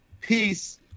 Peace